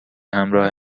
همراه